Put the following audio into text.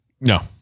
No